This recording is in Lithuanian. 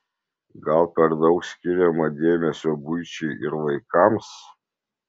gal per daug skiriama dėmesio buičiai ir vaikams